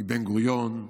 בן-גוריון,